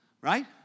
Right